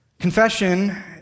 Confession